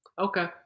okay